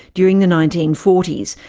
during the nineteen forty s,